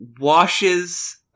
washes